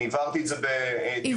אני הבהרתי את זה בדיונים קודמים --- אתה